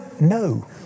No